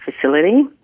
facility